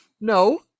No